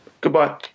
Goodbye